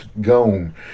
gone